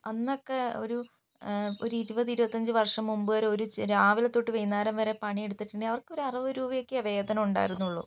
അന്നൊക്കെ ഒരു ഇരുപത് ഇരുപത്തിയഞ്ചു വർഷം മുമ്പുവരെ ഒരു രാവിലെതൊട്ട് വൈന്നേരംവരെ പണിയെടുത്തിട്ടുണ്ടെങ്കിൽ അവർക്കൊരു അറുപത് രൂപയൊക്കേ വേതനം ഉണ്ടായിരുന്നുള്ളു